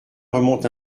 remonte